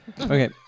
Okay